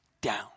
down